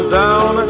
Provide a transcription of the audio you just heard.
down